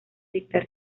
dictar